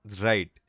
Right